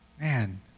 Man